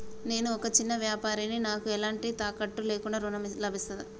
నేను ఒక చిన్న వ్యాపారిని నాకు ఎలాంటి తాకట్టు లేకుండా ఋణం లభిస్తదా?